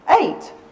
eight